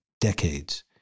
decades